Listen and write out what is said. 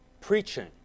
preaching